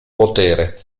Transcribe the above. potere